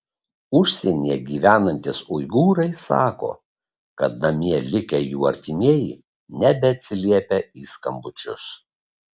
užsienyje gyvenantys uigūrai sako kad namie likę jų artimieji nebeatsiliepia į skambučius